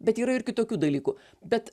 bet yra ir kitokių dalykų bet